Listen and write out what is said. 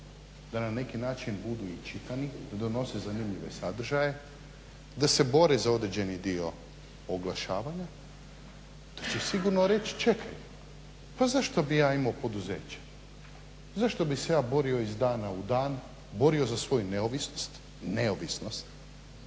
da na neki način budu i čitani, da donose zanimljive sadržaje da se bore za određeni dio oglašavanja ti će sigurno reći čekaj pa zašto bi ja imao poduzeće, zašto bi se ja borio iz dana u dan za svoju neovisnost, zašto